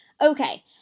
Okay